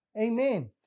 Amen